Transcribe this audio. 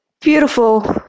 Beautiful